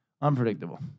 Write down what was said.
unpredictable